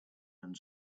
and